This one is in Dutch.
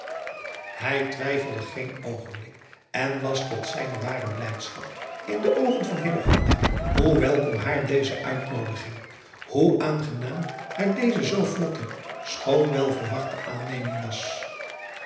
ij twijfelde geen oogenblik en las tot zijne ware blijdschap in de oogen van hoe welkom haar deze uitnoodiging hoe aangenaam haar deze zoo vlotte schoon wel verwachte aanneming was